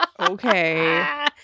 okay